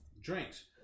drinks